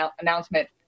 announcement